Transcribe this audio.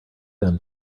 than